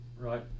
Right